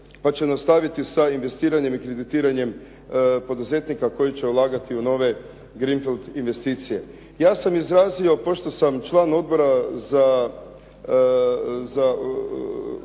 pa će nastaviti sa investiranjem i kreditiranjem poduzetnika koji će ulagati u nove greenfield investicije. Ja sam izrazio pošto sam član Odbora za